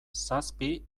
zazpi